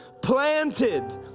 planted